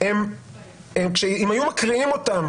אם היו מקריאים אותן